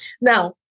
Now